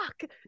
fuck